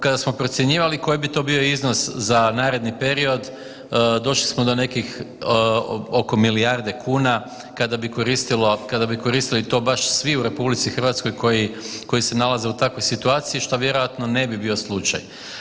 Kada smo procjenjivali koji bi to bio iznos za naredni period došli smo do nekih oko milijarde kuna kada bi koristili to baš svi u RH koji se nalaze u takvoj situaciji, što vjerojatno ne bi bio slučaj.